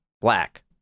black